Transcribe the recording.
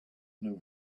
new